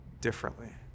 differently